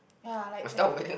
ya like